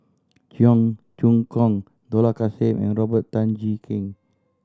Cheong Choong Kong Dollah Kassim and Robert Tan Jee Keng